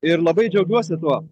ir labai džiaugiuosi tuo